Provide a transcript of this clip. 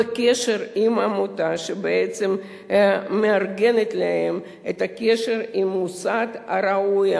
בקשר עם עמותה שבעצם מארגנת להם את הקשר עם המוסד הראוי,